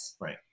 Right